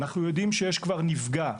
אנחנו יודעים שיש כבר נפגע.